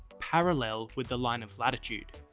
parallel with the line of latitude.